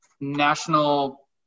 national